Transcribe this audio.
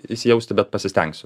įsijausti bet pasistengsiu